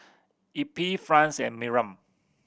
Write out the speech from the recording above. Eppie Franz and Miriam